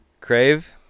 crave